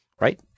right